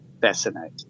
fascinating